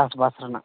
ᱪᱟᱥᱵᱟᱥ ᱨᱮᱱᱟᱜ